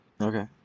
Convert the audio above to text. Okay